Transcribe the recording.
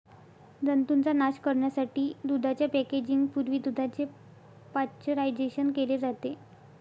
जंतूंचा नाश करण्यासाठी दुधाच्या पॅकेजिंग पूर्वी दुधाचे पाश्चरायझेशन केले जाते